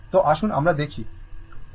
তো আসুন আমরা দেখি